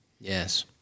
Yes